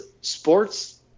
sports